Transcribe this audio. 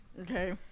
Okay